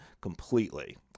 completely